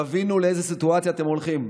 תבינו לאיזו סיטואציה אתם הולכים.